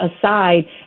aside